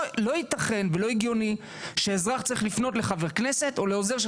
לא יתכן ולא הגיוני שאזרח צריך לפנות לחבר כנסת או לעוזר של